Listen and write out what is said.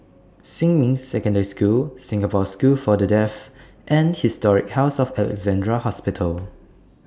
Xinmin Secondary School Singapore School For The Deaf and Historic House of Alexandra Hospital